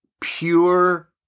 Pure